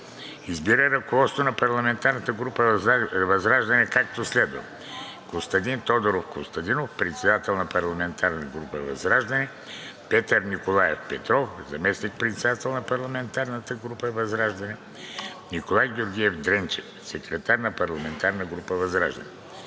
Избира ръководство на парламентарната група ВЪЗРАЖДАНЕ, както следва: – Костадин Тодоров Костадинов – председател на парламентарната група ВЪЗРАЖДАНЕ; – Петър Николаев Петров – заместник-председател на парламентарната група ВЪЗРАЖДАНЕ; – Николай Георгиев Дренчев – секретар на парламентарната група ВЪЗРАЖДАНЕ.